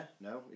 no